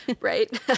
Right